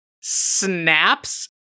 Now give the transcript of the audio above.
snaps